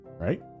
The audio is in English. Right